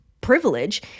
privilege